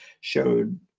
showed